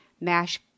Mash